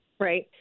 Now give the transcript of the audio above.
Right